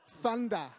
Thunder